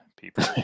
people